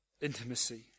intimacy